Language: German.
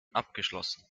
abgeschlossen